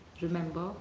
remember